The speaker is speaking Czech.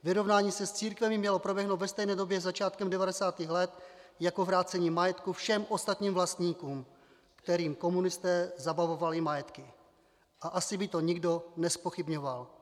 Vyrovnání se s církvemi mělo proběhnout ve stejné době začátkem 90. let jako vrácení majetku všem ostatním vlastníkům, kterým komunisté zabavovali majetky, a asi by to nikdo nezpochybňoval.